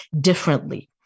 differently